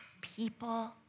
people